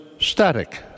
static